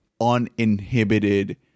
uninhibited